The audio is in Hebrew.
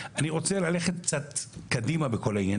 אני רוצה ללכת קצת קדימה בכל העניין,